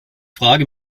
frage